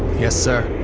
yes sir.